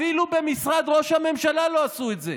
אפילו במשרד ראש הממשלה לא עשו את זה.